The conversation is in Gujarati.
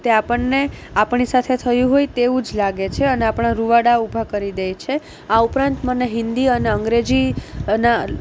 તે આપણને આપણી સાથે થયું હોય તેવું જ લાગે છે અને આપણાં રૂવાંટાં ઊભા કરી દે છે આ ઉપરાંત મને હિન્દી અને અંગ્રેજી ના